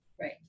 right